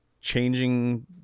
Changing